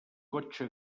cotxe